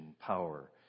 power